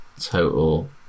total